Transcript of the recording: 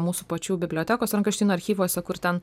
mūsų pačių bibliotekos rankraštyno archyvuose kur ten